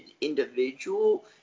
individual